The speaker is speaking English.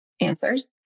answers